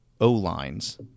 O-lines